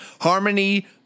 Harmony